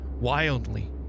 wildly